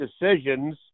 decisions